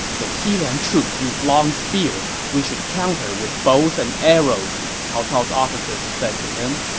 the xiliang troops use long spears we should counter with bows and arrows, cao cao's officers said to him